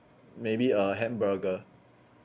maybe a hamburger